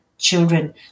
Children